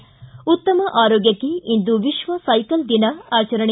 ಉತ್ತಮ ಆರೋಗ್ಟಕ್ಕೆ ಇಂದು ವಿಶ್ವ ಸೈಕಲ್ ದಿನ ಆಚರಣೆ